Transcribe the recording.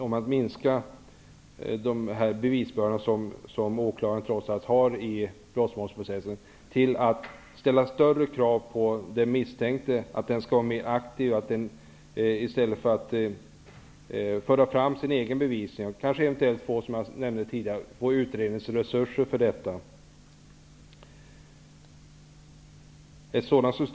Om den bevisbörda som åklagaren trots allt har i brottmålsprocessen minskar, kommer det att ställas högre krav på den misstänkte, på att han skall vara mera aktiv och föra fram sin egen bevisning. Som jag nämnde tidigare, skall han eventuellt få utredningsresurser för detta.